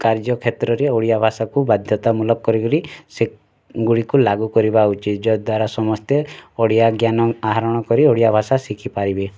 କାର୍ଯ୍ୟ କ୍ଷେତ୍ରରେ ଓଡ଼ିଆ ଭାଷାକୁ ବାଧ୍ୟତାମୂଲକ କରି କରି ସେ ଗୁଡ଼ିକୁ ଲାଗୁ କରିବା ଉଚିତ୍ ଯଦ୍ଵାରା ସମସ୍ତେ ଓଡ଼ିଆ ଜ୍ଞାନ ଆହରଣ କରି ଓଡ଼ିଆ ଭାଷା ଶିଖି ପାରିବେ